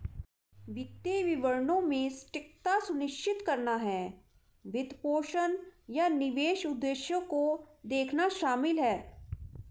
वित्तीय विवरणों में सटीकता सुनिश्चित करना कर, वित्तपोषण, या निवेश उद्देश्यों को देखना शामिल हैं